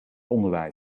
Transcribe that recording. onderwijs